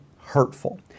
hurtful